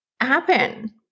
happen